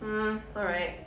mm alright